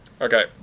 Okay